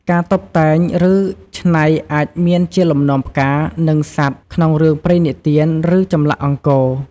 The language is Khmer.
ការតុបតែង ឬ ច្នៃអាចមានជាលំនាំផ្កា និងសត្វក្នុងរឿងព្រេងនិទាន ឬ ចម្លាក់អង្គរ។